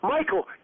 Michael